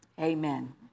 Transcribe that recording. Amen